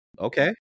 okay